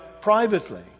privately